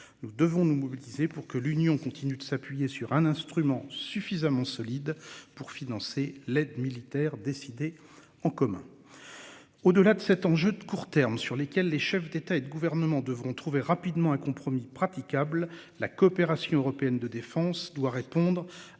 Nous devons nous mobiliser pour que l'Union continue de s'appuyer sur un instrument suffisamment solide pour financer l'aide militaire décidée en commun. Au-delà de cet enjeu de court terme sur lesquels les chefs d'État et de gouvernement devront trouver rapidement un compromis praticable la coopération européenne de défense doit répondre